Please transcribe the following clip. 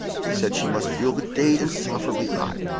he said she must feel the day insufferably hot,